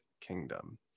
kingdom